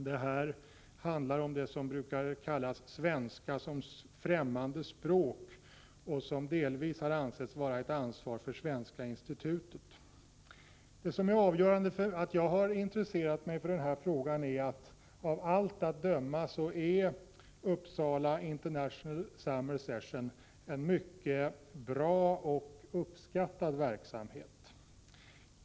Det här handlar om det som brukar kallas svenska som främmande språk och som delvis har ansetts vara ett ansvar för Svenska institutet. Det som varit avgörande för att jag har intresserat mig för denna fråga är att Uppsala International Summer Session bedriver en mycket bra och uppskattad verksamhet.